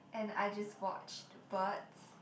and I just watched birds